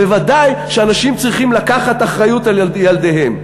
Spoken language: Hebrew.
וודאי שאנשים צריכים לקחת אחריות על ילדיהם.